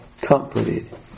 comforted